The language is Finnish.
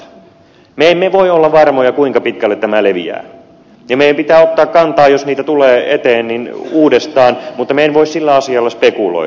me emme voi olla varmoja kuinka pitkälle tämä leviää ja meidän pitää ottaa kantaa uudestaan jos niitä tulee eteen mutta en voi sillä asialla spekuloida